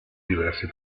diversi